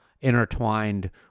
intertwined